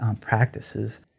practices